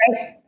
Right